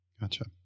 Gotcha